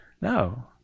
No